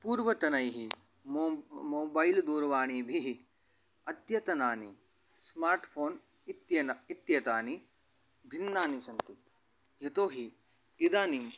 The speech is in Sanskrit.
पूर्वतनैः मोम्ब् मोबैल् दूरवाणीभिः अद्यतनानि स्मार्ट् फ़ोन् इत्येतानि इत्येतानि भिन्नानि सन्ति यतो हि इदानीं